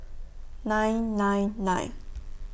nine nine nine